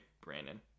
Brandon